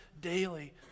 daily